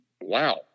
wow